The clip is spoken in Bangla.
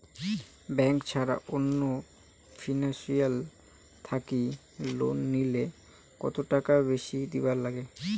ব্যাংক ছাড়া অন্য ফিনান্সিয়াল থাকি লোন নিলে কতটাকা বেশি দিবার নাগে?